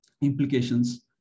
implications